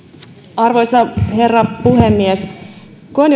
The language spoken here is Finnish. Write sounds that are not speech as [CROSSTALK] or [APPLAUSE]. arvoisa herra puhemies koen [UNINTELLIGIBLE]